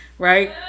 right